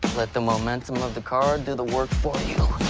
let the momentum of the card do the work for you.